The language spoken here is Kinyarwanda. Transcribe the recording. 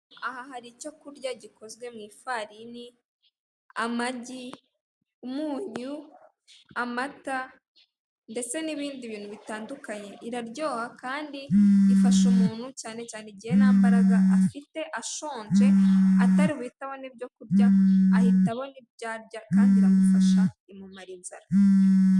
Aha hari icyo kurya gikozwe mu ifarini, amagi, umunyu, amata ndetse n'ibindi bintu bitandukanye. Iraryoha kandi ifasha umuntu cyane cyane igihe nta mbaraga afite ashonje atari buhite abona ibyo kurya, ahita abona ibyo arya kandi iramufasha imumara inzara.